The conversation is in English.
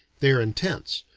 they are intense,